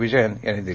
विजयन यांनी दिले